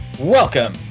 Welcome